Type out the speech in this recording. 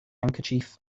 handkerchief